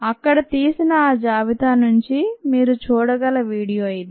అక్కడ తీసిన ఆ జాబితా నుంచి మీరు చూడగల వీడియో ఇది